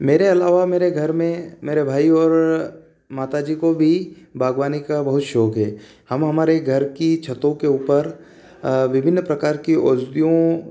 मेरे अलावा मेरे घर में मेरे भाई और माता जी को भी बागवानी का बहुत शौक है हम हमारे घर की छतों के ऊपर विभिन्न के औषधियों